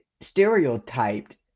stereotyped